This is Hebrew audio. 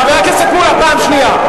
חבר הכנסת מולה, פעם שנייה.